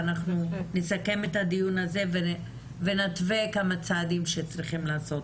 אנחנו נסכם את הדיון הזה ונתווה כמה צעדים שצריכים לעשות.